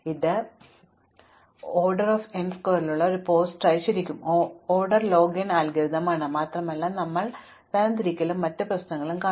അതിനാൽ ഇത് O n സ്ക്വയറിലേക്കുള്ള ഒരു പോസ്റ്റായി ശരിക്കും ഒരു n ലോഗ് n അൽഗോരിതം ആണ് മാത്രമല്ല ഞങ്ങൾ തരംതിരിക്കലും മറ്റ് പ്രശ്നങ്ങളും കാണുന്നു